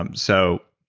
um so